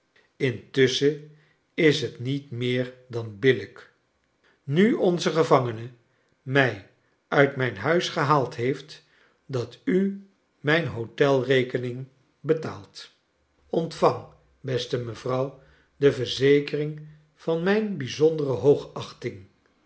fntusschen is het niet meer dan billijk nu one gevangcno mij uit mij a huis gehaald heeft dat u mijn hotelrekening beta alt ontvang beste mevrouw de verzekering van mijn bijzondere hoogachting